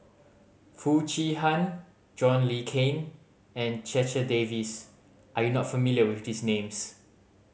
Foo Chee Han John Le Cain and Checha Davies are you not familiar with these names